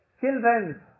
children